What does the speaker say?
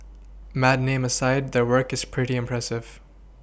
mad name aside their work is pretty impressive